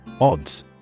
Odds